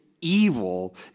evil